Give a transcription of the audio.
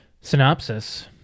Synopsis